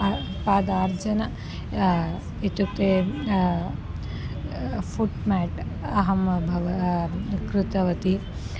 पा पादमार्जनम् इत्युक्ते फ़ुट् मेट् अहं भव कृतवती